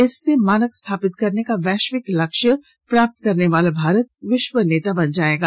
इससे मानक स्थापित करने का वैश्विक लक्ष्य प्राप्त करने वाला भारत विश्व नेता बन जाएगा